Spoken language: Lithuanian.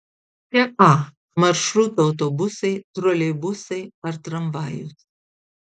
čia a maršruto autobusai troleibusai ar tramvajus